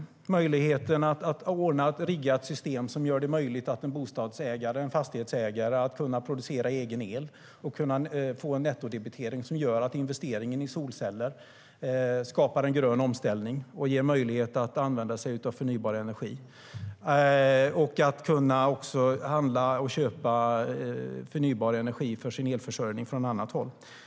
Det är möjligheten att skapa ett system som gör det möjligt för en bostadsägare, en fastighetsägare, att producera egen el och få en nettodebitering som gör att investeringen i solceller skapar en grön omställning och ger möjlighet att använda sig av förnybar energi och att köpa förnybar energi för sin elförsörjning från annat håll.